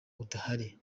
udahari